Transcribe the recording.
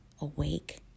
awake